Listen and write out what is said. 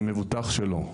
עם מבוטח שלו,